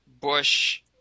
Bush